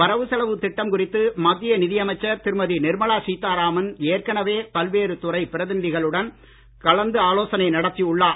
வரவு செலவு திட்டம் குறித்து மத்திய நிதியமைச்சர் திருமதி நிர்மலா சீத்தாராமன் ஏற்கனவே பல்வேறு துறை பிரதிநிகளுடன் கலந்தாலோசனை நடத்தி உள்ளார்